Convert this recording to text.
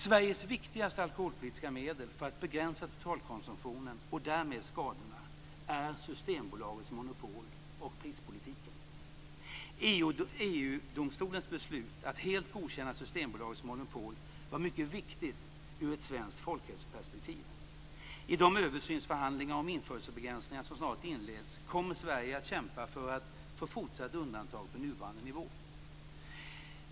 Sveriges viktigaste alkoholpolitiska medel för att begränsa totalkonsumtionen och därmed skadorna är domstolens beslut att helt godkänna Systembolagets monopol var mycket viktigt ur ett svenskt folkhälsoperspektiv. I de översynsförhandlingar om införselbegränsningar som snart inleds kommer Sverige att kämpa för att få fortsatt undantag på nuvarande nivå.